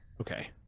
Okay